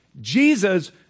Jesus